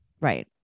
right